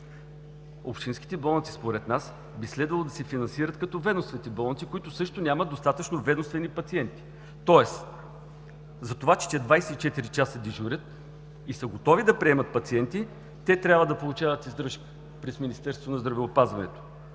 общинските болници според нас би следвало да се финансират като ведомствените болници, които също нямат достатъчно ведомствени пациенти. Тоест за това, че 24 часа дежурят и са готови да приемат пациенти, те трябва да получават издръжка през Министерството на здравеопазването;